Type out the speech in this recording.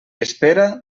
espera